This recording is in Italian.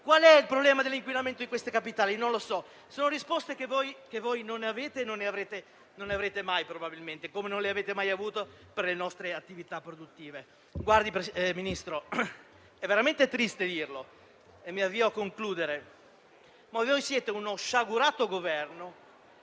Qual è il problema dell'inquinamento di questi capitali? Non lo so. Sono risposte che non avete e non le avrete mai probabilmente, come non le avete mai avute per le nostre attività produttive. Signor Ministro, è veramente triste dirlo - e mi avvio a concludere - ma voi siete uno sciagurato Governo